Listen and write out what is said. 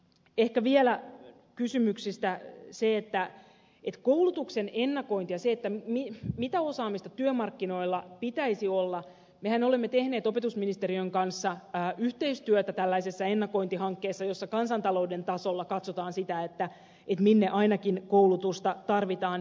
ehkä vielä kysymyksistä siihen että koulutuksen ennakoinnissahan eli siinä mitä osaamista työmarkkinoilla pitäisi olla me olemme tehneet opetusministeriön kanssa yhteistyötä tällaisessa ennakointihankkeessa jossa kansantalouden tasolla katsotaan sitä minne ainakin koulutusta tarvitaan